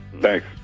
thanks